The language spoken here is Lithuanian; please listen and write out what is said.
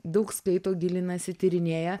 daug skaito gilinasi tyrinėja